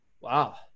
wow